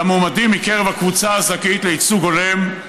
למועמדים מקרב הקבוצה הזכאית לייצוג הולם,